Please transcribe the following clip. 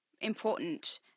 important